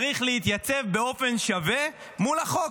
צריך להתייצב באופן שווה מול החוק.